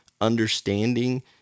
understanding